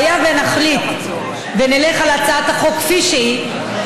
אם נחליט ונלך על הצעת החוק כפי שהיא,